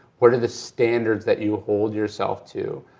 what are the standards that you hold yourself to?